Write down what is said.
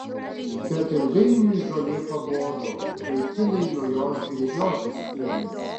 bet ilgainiui žolė pabodo vaikinai nuo jos gręžiotis ėmė